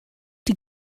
die